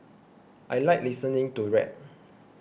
I like listening to rap